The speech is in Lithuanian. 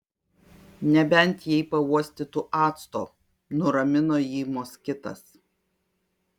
nebent jei pauostytų acto nuramino jį moskitas